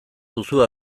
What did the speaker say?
duzu